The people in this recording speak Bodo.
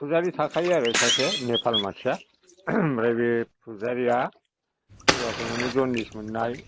पुजारि थाखायो आरो सासे नेपाल मानसिआ ओमफ्राय बे पुजारिया सोरबाफोर माने जनदिस मोन्नाय